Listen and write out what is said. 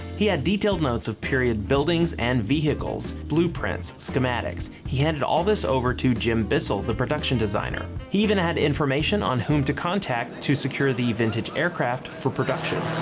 he had detailed notes of period buildings and vehicles blueprints, schematics. he handed all this over to jim bissell the production designer he even had information on whom to contact to secure the vintage aircraft for production